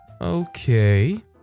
Okay